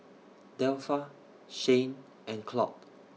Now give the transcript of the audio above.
Delpha Shayne and Claude